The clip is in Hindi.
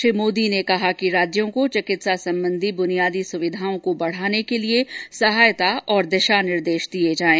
श्री मोदी ने कहा कि राज्यों को चिकित्सा संबंधी बुनियादी सुविधाओं को बढ़ाने के लिए सहायता और दिशा निर्देश दिए जाएं